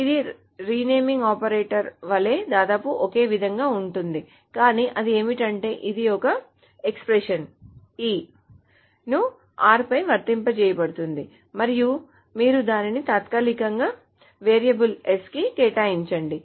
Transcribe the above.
ఇది renaming operator వాలే దాదాపు ఒకే విధంగా ఉంటుంది కానీ అది ఏమిటంటే ఇది ఒక ఎక్స్ప్రెషన్ ఎక్స్ప్రెషన్ ను r పై వర్తింపచేయబడుతుంది మరియు మీరు దానిని తాత్కాలికంగా వేరియబుల్ s కి కేటాయించండి